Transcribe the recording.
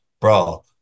bro